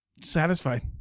satisfied